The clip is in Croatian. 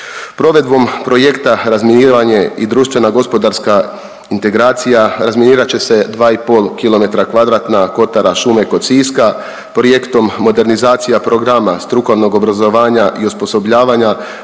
Provedbom projekta razminiranje i društvena gospodarska integracija razminirat će se 2,5 kilometra kvadratna Kotara šume kod Siska. Projektom modernizacija programa strukovnog obrazovanja i osposobljavanja